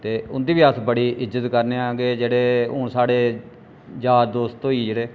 ते उं'दी बी अस बड़ी इज्जत करने आं के जेह्ड़े हून साढ़े जार दोस्त होई गे